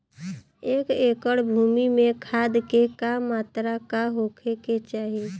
एक एकड़ भूमि में खाद के का मात्रा का होखे के चाही?